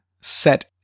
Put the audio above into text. set